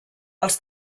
els